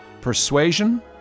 Persuasion